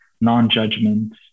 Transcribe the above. non-judgment